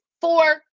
four